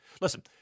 Listen